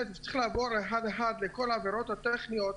צריך לעבור אחת-אחת, כל העבירות הטכניות,